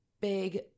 big